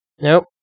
Nope